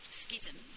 schism